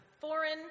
foreign